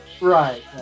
Right